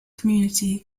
community